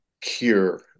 cure